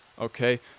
Okay